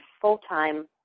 full-time